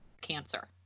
cancer